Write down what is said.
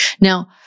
Now